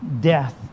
death